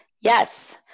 Yes